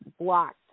blocked